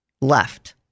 left